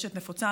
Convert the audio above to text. לטרשת נפוצה.